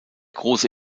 große